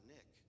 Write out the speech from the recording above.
Nick